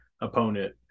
opponent